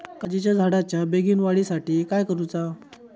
काजीच्या झाडाच्या बेगीन वाढी साठी काय करूचा?